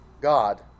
God